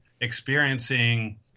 experiencing